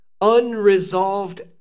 unresolved